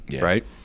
right